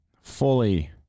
fully